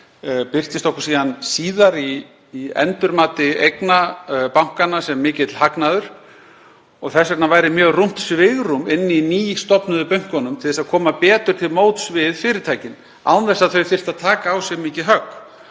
birtist okkur reyndar síðar í endurmati eigna bankanna sem mikill hagnaður, og þess vegna væri mjög rúmt svigrúm inni í nýstofnuðu bönkunum til að koma betur til móts við fyrirtækin án þess að þau þyrftu að taka á sig mikið högg.